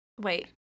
Wait